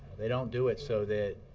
they don't do it so that